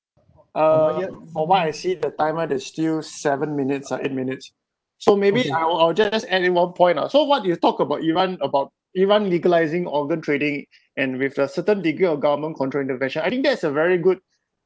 uh from what I see the timer there's still seven minutes uh eight minutes so maybe I'll I'll just add in one point ah so what you talk about iran about iran legalising organ trading and with a certain degree of government control intervention I think that's a very good